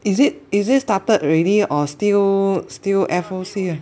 is it is it started already or still still F_O_C